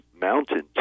mountains